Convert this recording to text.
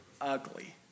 ugly